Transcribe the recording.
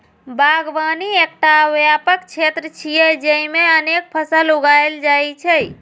बागवानी एकटा व्यापक क्षेत्र छियै, जेइमे अनेक फसल उगायल जाइ छै